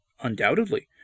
Undoubtedly